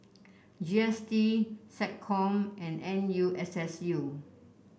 G S T SecCom and N U S S U